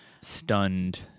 stunned